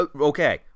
Okay